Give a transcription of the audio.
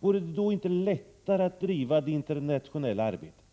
Vore det inte då lättare att driva det internationella arbetet,